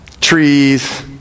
Trees